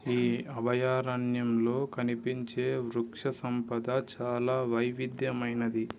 ఈ అభయారణ్యంలో కనిపించే వృక్షసంపద చాలా వైవిధ్యమైనది